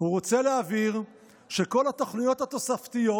"הוא רוצה להבהיר שכל התוכניות התוספתיות